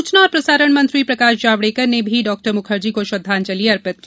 सूचना और प्रसारण मंत्री प्रकाश जावडेकर ने भी डॉक्टर मुखर्जी को श्रद्वाजंलि अर्पित की